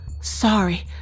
Sorry